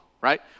right